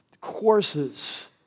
courses